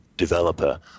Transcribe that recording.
developer